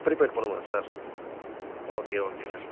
prepaid பண்ணணுமா sir okay okay sir